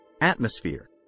Atmosphere